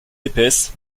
épaisse